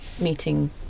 meeting